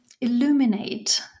illuminate